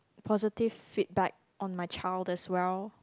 positive feedback on my child as well